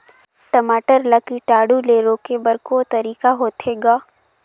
टमाटर ला कीटाणु ले रोके बर को तरीका होथे ग?